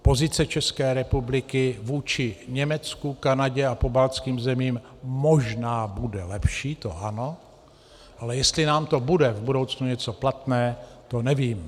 Pozice České republiky vůči Německu, Kanadě a pobaltským zemím možná bude lepší, to ano, ale jestli nám to bude v budoucnu něco platné, to nevím.